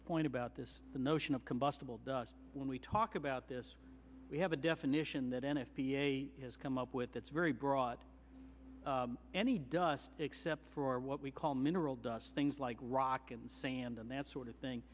point about this the notion of combustible dust when we talk about this we have a definition that n f p a has come up with that's very broad any dust except for what we call mineral dust things like rock and sand and that sort of thing